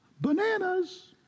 bananas